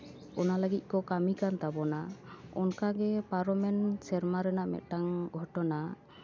ᱚᱱᱟ ᱞᱟᱹᱜᱤᱫ ᱠᱚ ᱠᱟᱹᱢᱤ ᱠᱟᱱ ᱛᱟᱵᱚᱱᱟ ᱚᱱᱠᱟ ᱜᱮ ᱯᱟᱨᱚᱢᱮᱱ ᱥᱮᱨᱢᱟ ᱨᱮᱱᱟᱜ ᱢᱤᱫᱴᱟᱱ ᱜᱷᱚᱴᱚᱱᱟ